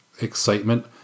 excitement